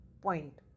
point